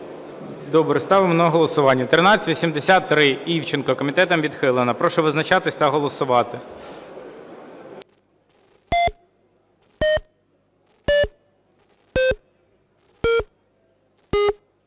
Добре. Ставимо на голосування 1383, Івченко. Комітетом відхилена. Прошу визначатися та голосувати.